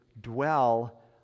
dwell